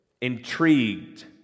intrigued